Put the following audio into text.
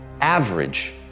average